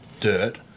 dirt